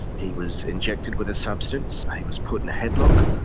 he was injected with a substance, he was put in a headlock.